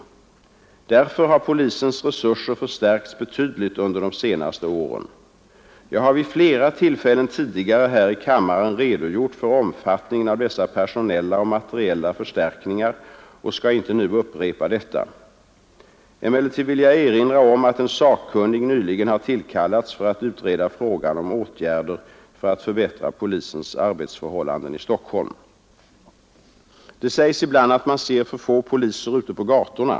Därför har polisens resurser förstärkts betydligt under de senaste åren. Jag har vid flera tillfällen tidigare här i kammaren redogjort för omfattningen av dessa personella och materiella förstärkningar och skall inte nu upprepa detta. Emellertid vill jag erinra om att en sakkunnig nyligen har tillkallats för att utreda frågan om åtgärder för att förbättra polisens arbetsförhållanden i Stockholm. Det sägs ibland att man ser för få poliser ute på gatorna.